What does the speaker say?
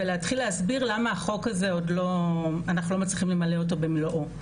ולהתחיל להסביר למה אנחנו לא מצליחים למלא את החוק הזה במלואו.